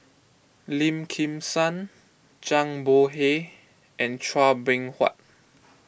Lim Kim San Zhang Bohe and Chua Beng Huat